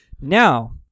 now